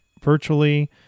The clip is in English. virtually